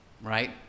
right